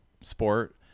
sport